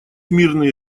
мирные